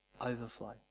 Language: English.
overflow